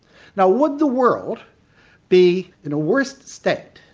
now would the world be in a worse state,